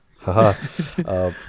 haha